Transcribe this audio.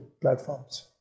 platforms